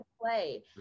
play